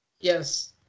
Yes